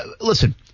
listen